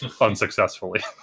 unsuccessfully